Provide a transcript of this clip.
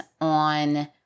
on